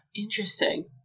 interesting